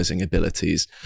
abilities